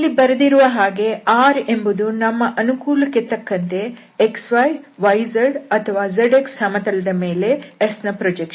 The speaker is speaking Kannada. ಇಲ್ಲಿ ಬರೆದಿರುವ ಹಾಗೆ R ಎಂಬುದು ನಮ್ಮ ಅನುಕೂಲಕ್ಕೆ ತಕ್ಕಂತೆ xy yzಅಥವಾ zx ಸಮತಲದ ಮೇಲೆ S ನ ಪ್ರೊಜೆಕ್ಷನ್